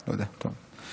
לא יודע, טוב.